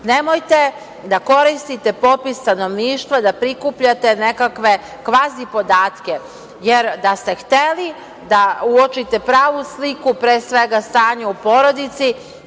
Nemojte da koristite popis stanovništva, da prikupljate nekakve kvazi podatke, jer da ste hteli da uočite pravu sliku, pre svega, stanje u porodici,